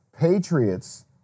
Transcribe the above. Patriots